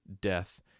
death